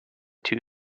two